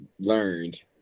learned